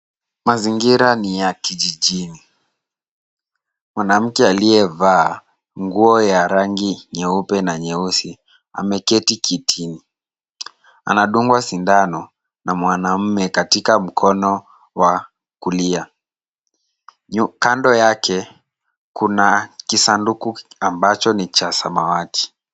Mazingira ni ya kijijini. Mwanamke aliyevaa nguo ya rangi nyeupe na nyeusi ameketi kitini. Anadungwa sindano na mwanaume katika mkono wa kulia. Kando yake kuna kisanduku ambacho ni cha samawati.